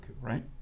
right